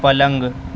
پلنگ